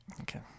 Okay